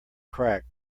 crack